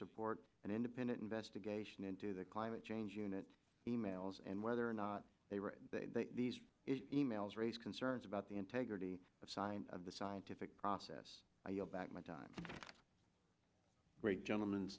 support an independent investigation into the climate change unit emails and whether or not they read these e mails raise concerns about the integrity of sign of the scientific process back my time rate gentleman's